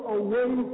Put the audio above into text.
away